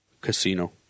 Casino